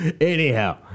Anyhow